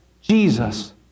Jesus